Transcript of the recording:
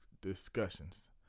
discussions